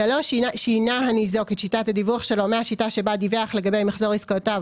שינה הניזוק את שיטת הדיווח שלו מהשיטה שבה דיווח לגבי מחזור עסקאותיו